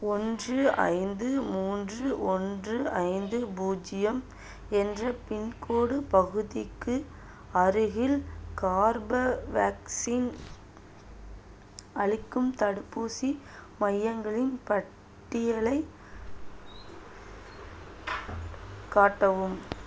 ஒன்று ஐந்து மூன்று ஒன்று ஐந்து பூஜ்ஜியம் என்ற பின்கோடு பகுதிக்கு அருகில் கார்பவேக்ஸின் அளிக்கும் தடுப்பூசி மையங்களின் பட்டியலை காட்டவும்